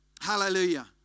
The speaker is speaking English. Hallelujah